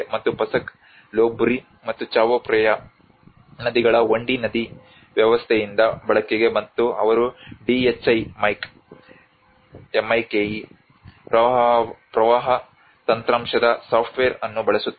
ಮತ್ತು Pasak Lopburi ಮತ್ತು Chao Phraya ನದಿಗಳ 1 D ನದಿ ವ್ಯವಸ್ಥೆಯಿಂದ ಬಳಕೆಗೆ ಮತ್ತು ಅವರು DHI ಮೈಕ್ ಪ್ರವಾಹ ತಂತ್ರಾಂಶದ ಸಾಫ್ಟ್ವೇರ್ ಅನ್ನು ಬಳಸುತ್ತಾರೆ